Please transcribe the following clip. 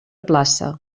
plaça